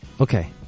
Okay